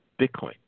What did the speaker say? Bitcoin